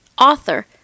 author